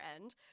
end